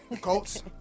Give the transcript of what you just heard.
Colts